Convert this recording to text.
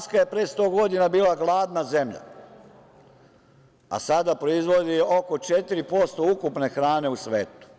Danska je pre 100 godina bila gladna zemlja, a sada proizvodi oko 4% ukupne hrane u svetu.